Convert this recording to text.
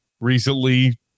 recently